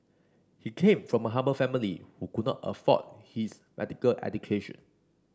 he came from a humble family who could not afford his medical education